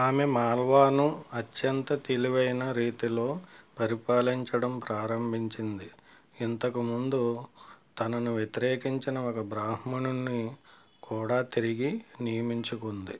ఆమె మాల్వాను అత్యంత తెలివైన రీతిలో పరిపాలించడం ప్రారంభించింది ఇంతకు ముందు తనను వ్యతిరేకించిన ఒక బ్రాహ్మణుడిని కూడా తిరిగి నియమించుకుంది